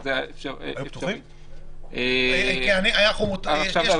לדעתי אנחנו לא יכולים להרשות לעצמנו את זה עוד פעם,